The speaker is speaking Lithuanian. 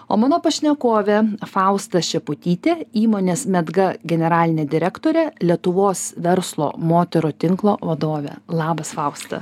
o mano pašnekovė fausta šeputytė įmonės medga generalinė direktorė lietuvos verslo moterų tinklo vadovė labas fausta